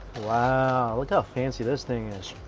wow look how fancy this thing is,